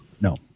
no